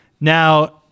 Now